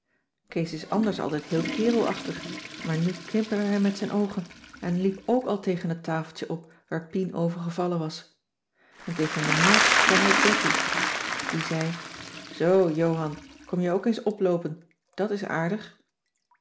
kees is anders altijd heel kerelachtig maar nu knipperde hij met zijn oogen en liep ook al tegen het tafeltje op waar pien over gevallen was en tegen meneer zei hij betty die zei zoo johan kom je ook eens oploopen dat is aardig